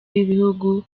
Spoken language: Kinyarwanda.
w’ibihugu